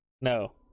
No